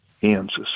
Kansas